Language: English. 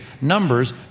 Numbers